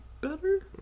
better